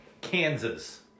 Kansas